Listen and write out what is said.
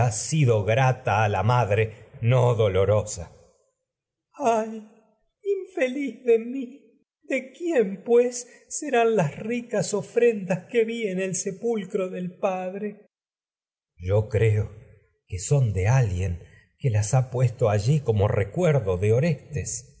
sido grata a la madre no dolorosa crisótemis áy infeliz de mi de quién pues serán las ricas ofrendas que vi en el yo creo sepulcro del padre alguien que las ha electra que son de puesto allí eomo recuerdo crisótemis de de orestes